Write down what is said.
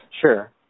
sure